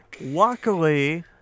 Luckily